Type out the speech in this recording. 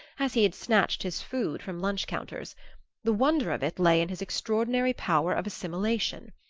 as he had snatched his food from lunch-counters the wonder of it lay in his extraordinary power of assimilation.